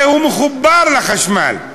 הרי הוא מחובר לחשמל.